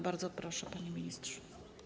Bardzo proszę, panie ministrze.